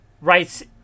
writes